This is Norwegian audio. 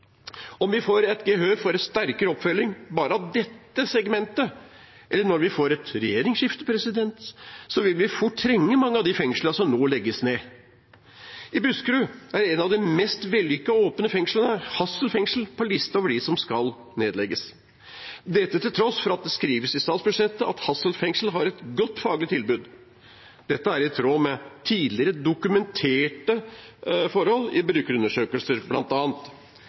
Om vi får gehør for sterkere oppfølging bare av dette segmentet – eller når vi får et regjeringsskifte – vil vi fort trenge mange av de fengslene som nå legges ned. I Buskerud er et av de mest vellykkede åpne fengslene, Hassel fengsel, på liste over de fengslene som skal nedlegges, dette til tross for at det skrives i statsbudsjettet at Hassel fengsel har et godt faglig tilbud. Dette er i tråd med tidligere dokumenterte forhold i brukerundersøkelser,